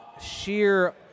sheer